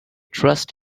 trust